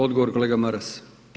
Odgovor kolega Maras.